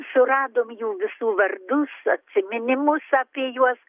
suradom jų visų vardus atsiminimus apie juos